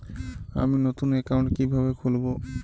আমি নতুন অ্যাকাউন্ট কিভাবে খুলব?